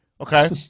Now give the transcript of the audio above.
Okay